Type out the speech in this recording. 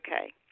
okay